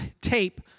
tape